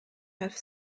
have